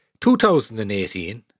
2018